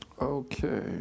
Okay